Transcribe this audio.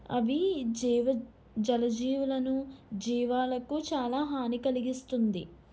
అవి జీవ జల జీవలను జీవాలకు చాలా హాని కలిగిస్తుంది